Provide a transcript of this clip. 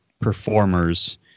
performers